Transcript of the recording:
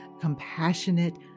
compassionate